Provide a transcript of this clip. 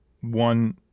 one